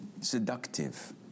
seductive